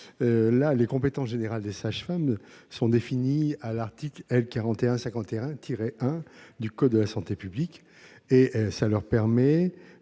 Les compétences générales des sages-femmes, définies à l'article L. 4151-1 du code de la santé publique, leur permettent